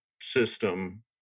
system